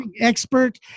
expert